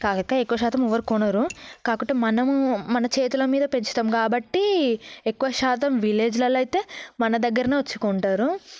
కాకపోతే ఎక్కువ శాతం ఎవరూ కొనరు కాకుంటే మనము మన చేతుల మీద పెంచుతాము కాబట్టి ఎక్కువ శాతం విలేజ్లలో అయితే మన దగ్గరికే వచ్చి కొంటారు